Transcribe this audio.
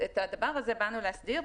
את הדבר הזה באנו להסדיר,